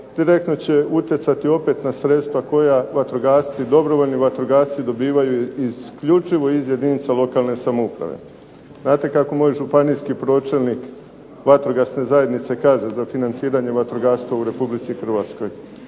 direktno će utjecati opet na sredstva koja vatrogasci, dobrovoljni vatrogasci dobivaju isključivo iz jedinica lokalne samouprave. Znate kako moj županijski pročelnik vatrogasne zajednice kaže za financiranje vatrogastva u RH? Da je